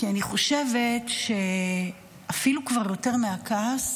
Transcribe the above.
כי אני חושבת שאפילו יותר מהכעס,